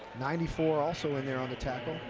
ninety four also in there on the tackle.